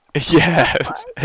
Yes